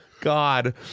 God